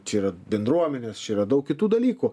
čia yra bendruomenės čia yra daug kitų dalykų